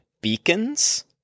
beacons